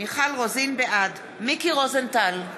בעד מיקי רוזנטל,